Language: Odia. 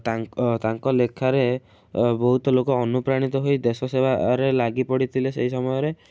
ତାଙ୍କ ତାଙ୍କ ଲେଖାରେ ବହୁତ ଲୋକ ଅନୁପ୍ରାଣିତ ହୋଇ ଦେଶ ସେବାରେ ଲାଗି ପଡ଼ିଥିଲେ ସେଇ ସମୟରେ